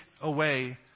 away